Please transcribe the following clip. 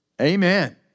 Amen